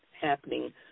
happening